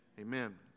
Amen